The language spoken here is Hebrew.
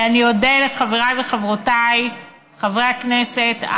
אני אודה לחבריי וחברותיי חברי הכנסת,